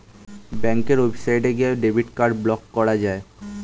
ব্যাঙ্কের ওয়েবসাইটে গিয়ে ডেবিট কার্ড ব্লক করা যায়